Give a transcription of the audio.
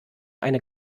eine